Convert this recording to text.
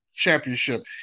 championship